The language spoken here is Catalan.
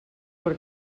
per